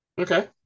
Okay